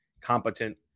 competent